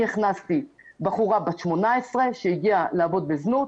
אני הכנסתי בחורה בת 18 שהגיעה לעבוד בקריוקי.